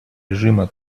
режима